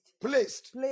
placed